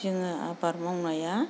जोङो आबाद मावनाया